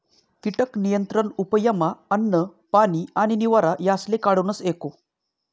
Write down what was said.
कीटक नियंत्रण उपयमा अन्न, पानी आणि निवारा यासले काढूनस एको